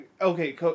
okay